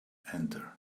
enter